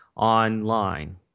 online